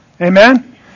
Amen